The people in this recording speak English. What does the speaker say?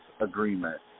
agreement